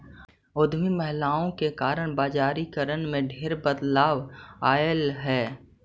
उद्यमी महिलाओं के कारण बजारिकरण में ढेर बदलाव अयलई हे